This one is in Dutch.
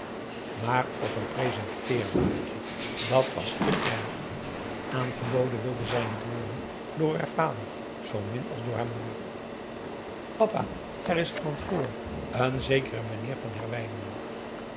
maar op een presenteerblaadje dat was te erg aangeboden wilde zij niet worden door haar vader zoomin als door haar moeder p a daum hoe hij raad van indië werd onder ps maurits papa er is iemand voor n zekere meneer van herwijnen